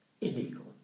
illegal